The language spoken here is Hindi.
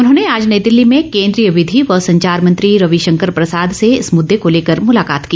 उन्होंने आज नई दिल्ली में केन्द्रीय विधि व संचार मंत्री रवि शंकर प्रसाद से इस मुददे को लेकर मुलाकात की